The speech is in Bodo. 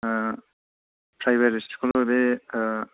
प्राइभेट स्कुल बे